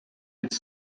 with